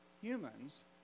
humans